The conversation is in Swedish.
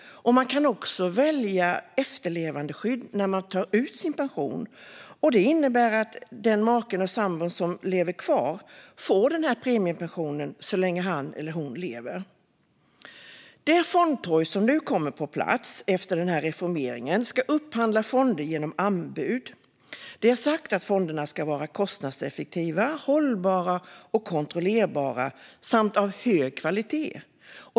Man kan också välja efterlevandeskydd när man tar ut sin pension. Det innebär att den make, maka eller sambo som lever kvar får denna premiepension så länge han eller hon lever. Det fondtorg som nu kommer på plats efter denna reformering ska upphandla fonder genom anbud. Det är sagt att fonderna ska vara kostnadseffektiva, hållbara och kontrollerbara samt av hög kvalitet.